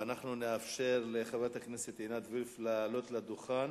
ואנחנו נאפשר לחברת הכנסת וילף לעלות לדוכן.